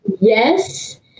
Yes